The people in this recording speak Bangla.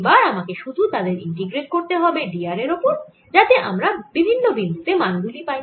এবার আমাকে সুধু তাদের ইন্টিগ্রেট করতে হবে d r এর ওপর যাতে আমরা বিভিন্ন বিন্দু তে মান গুলি পাই